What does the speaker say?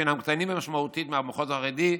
שהם קטנים משמעותית מהמחוז החרדי,